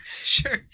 Sure